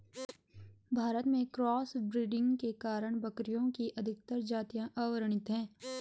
भारत में cross breeding के कारण बकरियों की अधिकतर जातियां अवर्णित है